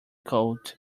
colt